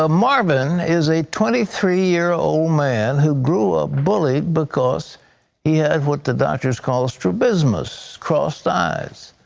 ah marvin is a twenty three year old man who grew up bullied because he has what the doctors call strabismus. crossed eyes.